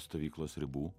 stovyklos ribų